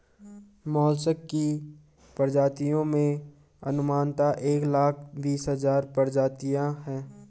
mollusc की प्रजातियों में अनुमानतः एक लाख बीस हज़ार प्रजातियां है